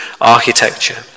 architecture